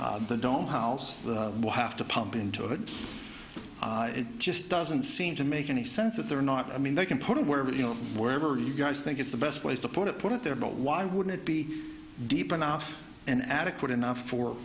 into the dome house will have to pump into it it just doesn't seem to make any sense that they're not i mean they can put it wherever wherever you guys think it's the best place to put it put it there but why wouldn't it be deep enough and adequate enough for